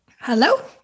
Hello